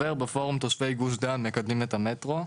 חבר בפורום תושבי גוש דן, מקדמים את המטרו.